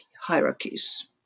hierarchies